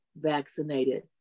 Vaccinated